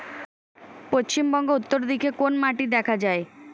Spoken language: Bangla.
পশ্চিমবঙ্গ উত্তর দিকে কোন মাটি দেখা যায়?